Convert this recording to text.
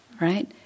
Right